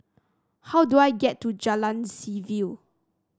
how do I get to Jalan Seaview